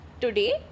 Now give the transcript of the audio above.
today